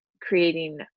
creating